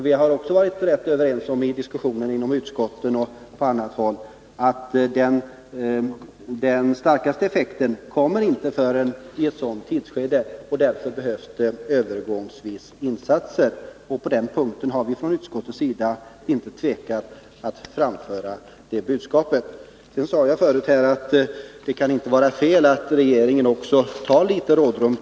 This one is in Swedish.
Vi har också varit överens om i diskussionen inom utskottet och på annat håll att det kommer att dröja en tid innan den starkaste effekten visar sig. Därför behövs det insatser under en övergångstid, och vi har från utskottets sida inte tvekat att framföra det budskapet. Det kan inte vara fel att regeringen får ett litet rådrum.